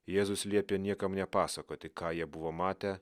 jėzus liepė niekam nepasakoti ką jie buvo matę